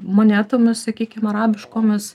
monetomis sakykim arabiškomis